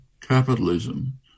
capitalism